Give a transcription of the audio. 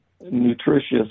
nutritious